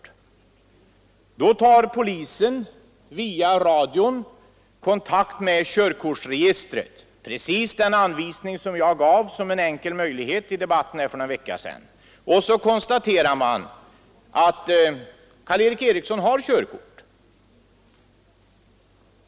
Ja, då tar polisen via radion kontakt med körkortsregistret — alltså just vad jag angav som en enkel möjlighet i debatten här i kammaren för någon vecka sedan — och konstaterar att vederbörande har körkort.